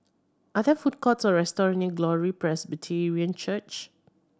are there food courts or restaurant near Glory Presbyterian Church